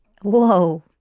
Whoa